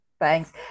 Thanks